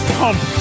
pump